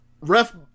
ref